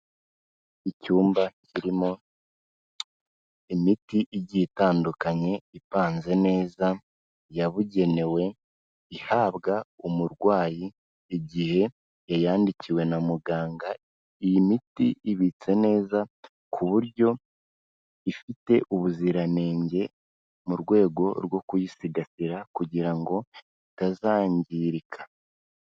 Icyumba kirimo imiti igiye itandukanye ipanze neza yabugenewe, ihabwa umurwayi igihe yayandikiwe na muganga, iyi miti ibitse neza ku buryo ifite ubuziranenge, mu rwego rwo kuyisigasira kugira ngo itazangirika.